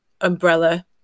umbrella